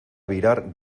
virar